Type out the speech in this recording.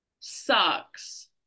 sucks